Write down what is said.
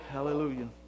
Hallelujah